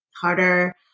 harder